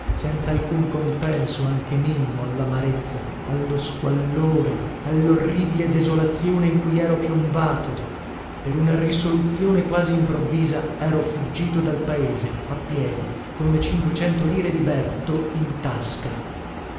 senza alcun compenso anche minimo allamarezza allo squallore allorribile desolazione in cui ero piombato per una risoluzione quasi improvvisa ero fuggito dal paese a piedi con le cinquecento lire di berto in tasca